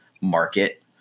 market